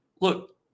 Look